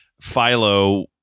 Philo